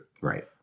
Right